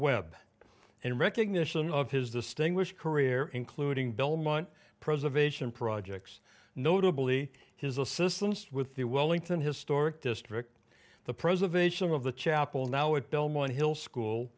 webb and recognition of his the sting was career including belmont preservation projects notably his assistance with the wellington historic district the preservation of the chapel now at belmont hill school